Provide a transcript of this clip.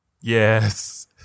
Yes